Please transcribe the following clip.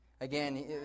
Again